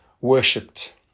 worshipped